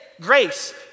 grace